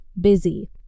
busy